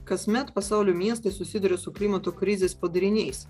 kasmet pasaulio miestai susiduria su klimato krizės padariniais